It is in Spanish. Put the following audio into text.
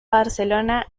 barcelona